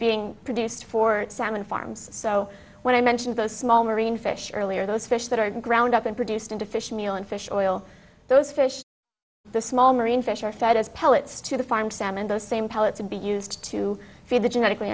being produced for salmon farms so when i mentioned the small marine fish earlier those fish that are ground up and produced into fish meal and fish oil those fish the small marine fish are fed as pellets to the farmed salmon those same pellets to be used to feed the genetically